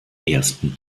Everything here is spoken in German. ersten